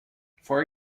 for